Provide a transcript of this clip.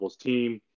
team